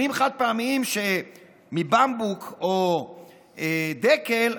כלים חד-פעמיים מבמבוק או דקל,